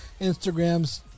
Instagrams